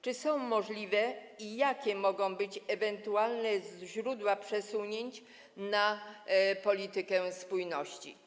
Czy są możliwe i jakie mogą być ewentualne źródła przesunięć na politykę spójności?